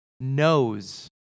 Knows